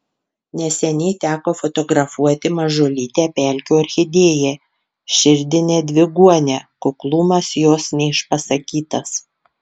neseniai teko fotografuoti mažulytę pelkių orchidėją širdinę dviguonę kuklumas jos neišpasakytas